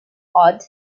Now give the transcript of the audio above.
odd